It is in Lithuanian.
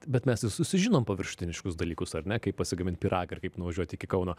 bet mes ir susižinom paviršutiniškus dalykus ar ne kaip pasigamint pyragą ir kaip nuvažiuoti iki kauno